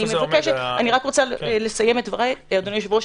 אדוני היושב-ראש,